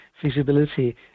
feasibility